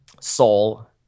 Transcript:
soul